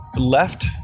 left